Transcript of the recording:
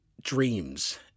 dreams